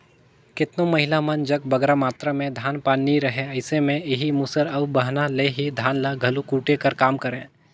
केतनो महिला मन जग बगरा मातरा में धान पान नी रहें अइसे में एही मूसर अउ बहना ले ही धान ल घलो कूटे कर काम करें